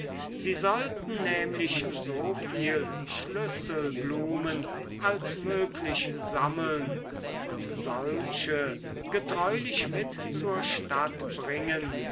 sie sollten nämlich so viel schlüsselblumen als möglich sammeln und solche getreulich mit zur stadt bringen